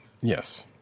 Yes